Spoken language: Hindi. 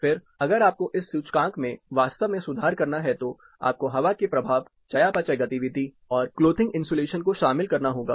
फिर अगर आपको इस सूचकांक पर वास्तव में सुधार करना है तो आपको हवा के प्रभाव चयापचय गतिविधि और क्लोथिंग इन्सुलेशन को शामिल करना होगा